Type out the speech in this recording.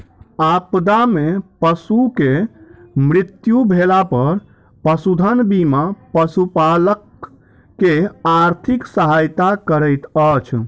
आपदा में पशु के मृत्यु भेला पर पशुधन बीमा पशुपालक के आर्थिक सहायता करैत अछि